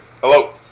Hello